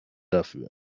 dafür